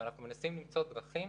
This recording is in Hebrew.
אנחנו מנסים למצוא דרכים